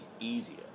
easier